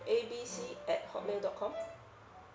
A B C at hotmail dot com